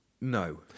No